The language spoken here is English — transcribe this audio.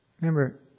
remember